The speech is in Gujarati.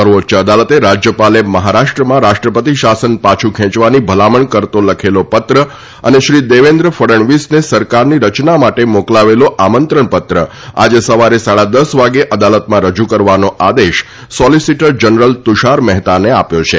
સર્વોચ્ય અદાલતે રાજ્યપાલે મહારાષ્ટ્રમાં રાષ્ટ્રપતિ શાસન પાછું ખેંચવાની ભલામણ કરતો લખેલો પત્ર અને શ્રી દેવેન્દ્ર ફડણવીસને સરકારની રચના માટે મોકલાવેલો આમંત્રણપત્ર આજે સવારે સાડા દશ વાગે અદાલતમાં રજૂ કરવાનો આદેશ સોલીસીટર જનરલ તુષાર મહેતાને આપ્યો છે